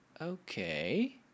Okay